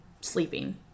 sleeping